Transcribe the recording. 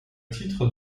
titre